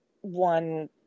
one